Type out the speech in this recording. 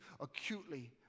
acutely